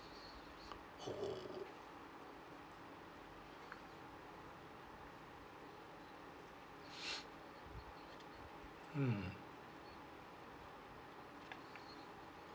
mm